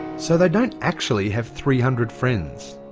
so they don't actually have three hundred friends.